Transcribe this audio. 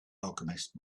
alchemist